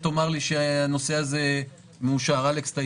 כשיש הטרגדיה זה הזמן לאסוף את הכסף.